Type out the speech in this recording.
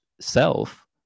self